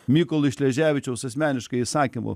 mykolui šleževičiaus asmeniškai įsakymu